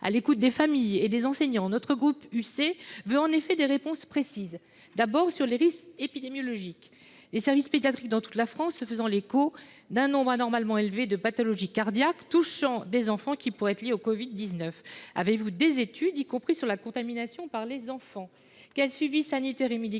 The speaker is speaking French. écouté les familles et des enseignants, le groupe Union Centriste veut des réponses précises, d'abord sur les risques épidémiologiques, les services pédiatriques dans toute la France se faisant l'écho d'un nombre anormalement élevé de pathologies cardiaques affectant des enfants, lesquelles pourraient être liées au Covid-19. Avez-vous des études sur ce sujet, mais aussi sur la contagiosité des enfants ?